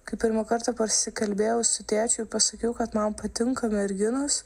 kai pirmą kartą pasikalbėjau su tėčiu ir pasakiau kad man patinka merginos